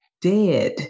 dead